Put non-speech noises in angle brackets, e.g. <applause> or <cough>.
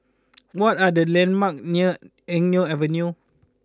<noise> what are the landmarks near Eng Neo Avenue